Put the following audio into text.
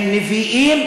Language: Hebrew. הם נביאים,